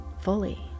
fully